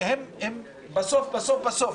הם בסוף בסוף בסוף.